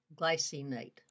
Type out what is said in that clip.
glycinate